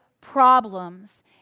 problems